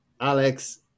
Alex